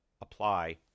apply